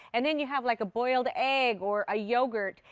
and then you have like a boiled egg or a yogurt,